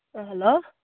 ꯑꯥ hello